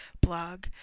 blog